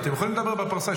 אתם יכולים לדבר בפרסה.